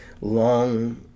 long